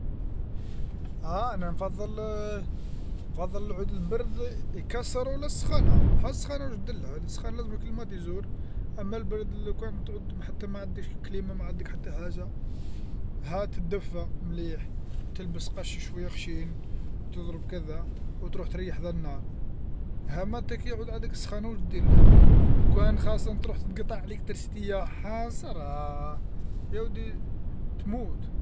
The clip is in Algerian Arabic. أه أنا نفضل نفضل العود البرد يكسر ولا السخانة، ها السخانة وش لزملهت السخانة لازمها المبرد، اما البرد لوكان تعود محتم ما عندكش كليمة ما عندك حتى حاجة هات الدفة مليح تلبس قاش شوية خشين وتضرب كذا وتروح حذا للنار، ها كي تعود عندك سخانة وتش درلها؟ وكان خاصتا تروح تقطع عليك ترسيتي يا حصريه يا ولدي تموت.